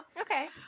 Okay